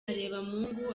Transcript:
harebamungu